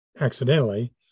accidentally